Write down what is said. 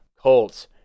Colts